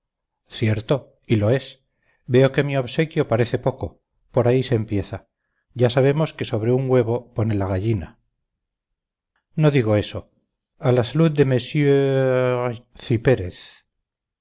cierto y lo es veo que mi obsequio parece poco por ahí se empieza ya sabemos que sobre un huevo pone la gallina no digo eso a la salud de monsieurrrr cipérez